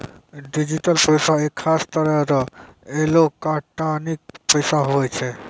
digital पैसा एक खास तरह रो एलोकटानिक पैसा हुवै छै